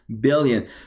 billion